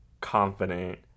confident